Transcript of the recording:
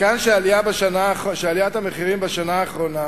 מכאן שעליית המחירים בשנה האחרונה